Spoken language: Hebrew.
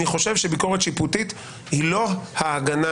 אני חושב שביקורת שיפוטית היא לא ההגנה